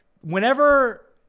whenever